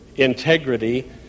Integrity